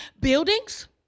buildings